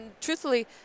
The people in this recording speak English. truthfully